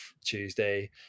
tuesday